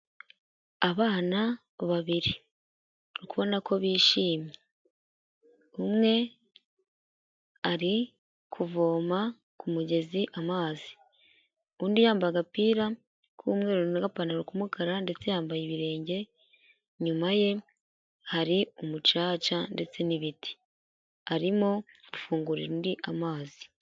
Abana babiri, uri kubona ko bishimye, umwe ari kuvoma ku mugezi amazi, undi yambaye agapira k'umweru n'agapantaro k'umukara ndetse yambaye ibirenge, inyuma ye hari umucaca ndetse n'ibiti, arimo gufungurira undi amazi.